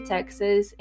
Texas